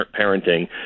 parenting